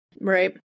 Right